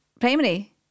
primary